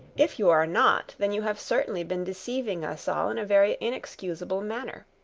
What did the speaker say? if you are not, then you have certainly been deceiving us all in a very inexcusable manner.